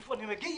"מאיפה אני מגיע?